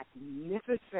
magnificent